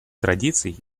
традиций